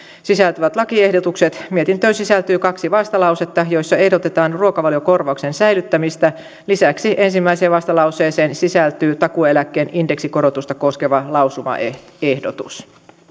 sisältyvät lakiehdotukset mietintöön sisältyy kaksi vastalausetta joissa ehdotetaan ruokavaliokorvauksen säilyttämistä lisäksi ensimmäiseen vastalauseeseen sisältyy takuueläkkeen indeksikorotusta koskeva lausumaehdotus